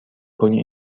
کنی